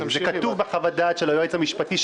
כתוב בחוות דעת של היועץ המשפטי,